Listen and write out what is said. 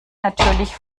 natürlich